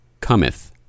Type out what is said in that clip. Cometh